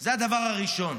זה הדבר הראשון.